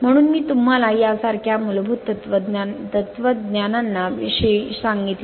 म्हणून मी तुम्हाला यासारख्या मूलभूत तत्वज्ञाना विषयी सांगितले